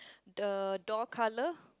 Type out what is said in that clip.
the door colour